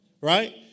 right